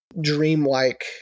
dreamlike